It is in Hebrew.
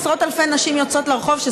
עשרות אלפי נשים יוצאות לרחוב,